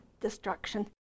destruction